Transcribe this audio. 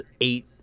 Eight